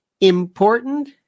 important